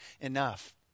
enough